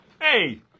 Hey